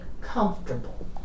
Comfortable